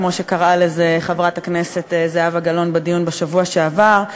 כמו שקראה לזה חברת הכנסת זהבה גלאון בדיון בשבוע שעבר,